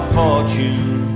fortune